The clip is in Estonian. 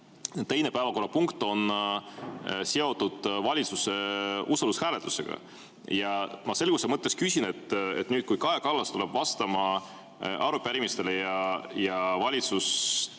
teine päevakorrapunkt on seotud valitsuse usaldushääletusega. Ma selguse mõttes küsin. Nüüd, kui Kaja Kallas tuleb vastama arupärimistele ja valitsus